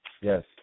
Yes